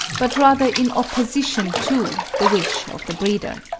but rather in opposition to, the wish of the breeder.